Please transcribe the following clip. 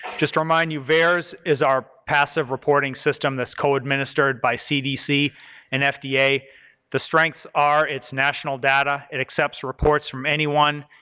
just remind you, vaers is our passive reporting system that's co-administered by cdc and fda. the strengths are its national data, it accepts reports from anyone,